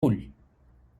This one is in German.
nan